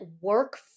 work